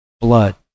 Blood